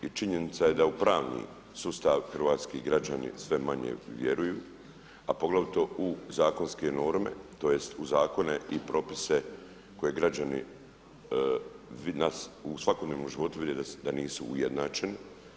I činjenica je da u pravni sustav hrvatski građani vjeruju, a poglavito u zakonske norme tj. u zakone i propise koje građani u svakodnevnom životu vide da nisu ujednačeni.